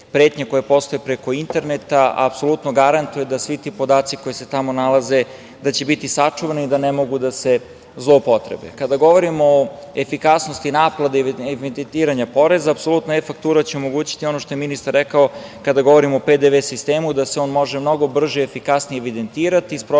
pretnje koje postoje preko interneta, apsolutno garantuje da svi ti podaci koji se tamo nalaze će biti sačuvani i da ne mogu da se zloupotrebe. Kada govorimo o efikasnosti naplate i evidentiranja poreza, apsolutno e-faktura će omogućiti ono što je ministar rekao kada govorimo o PDV sistemu, da se on može mnogo brže i efikasnije evidentirati, sprovesti